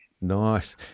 Nice